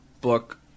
book